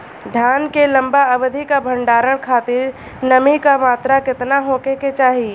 धान के लंबा अवधि क भंडारण खातिर नमी क मात्रा केतना होके के चाही?